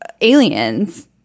aliens